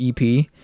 ep